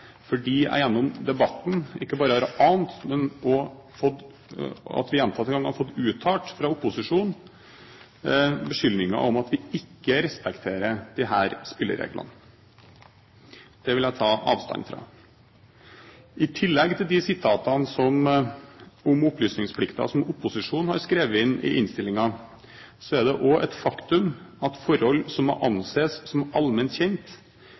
fordi jeg gjennom debatten ikke bare har ant, men vi har også gjentatte ganger fått uttalt beskyldninger fra opposisjonen om at vi ikke respekterer disse spillereglene. Det vil jeg ta avstand fra. I tillegg til de sitatene om opplysningsplikten som opposisjonen har skrevet inn i innstillingen, er det også et faktum at når det gjelder forhold som må anses som allment kjent,